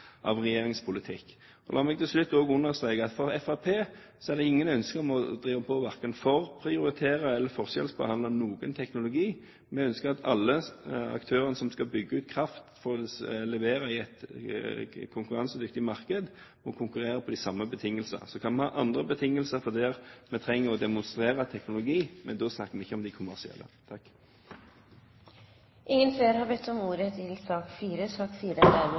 La meg til slutt understreke at for Fremskrittspartiet er det ingen ønsker om å drive på verken for å prioritere eller forskjellsbehandle noen teknologi. Vi ønsker at alle aktørene som skal bygge ut kraft og levere i et konkurransedyktig marked, må konkurrere på de samme betingelser. Så kan vi ha andre betingelser der vi trenger å demonstrere teknologi, men da snakker vi ikke om de kommersielle. Flere har ikke bedt om ordet til sak